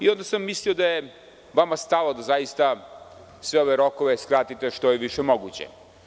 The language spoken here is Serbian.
Onda sam mislio da je vama stalo da zaista sve ove rokove skratite što je više moguće.